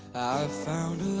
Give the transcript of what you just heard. found